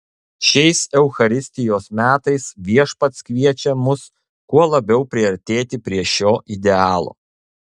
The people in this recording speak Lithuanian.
šiais eucharistijos metais viešpats kviečia mus kuo labiau priartėti prie šio idealo